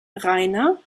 rainer